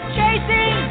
chasing